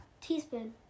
teaspoon